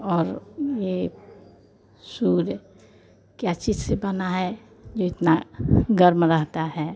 और यह सूर्य क्या चीज़ से बना है जो इतना गर्म रहता है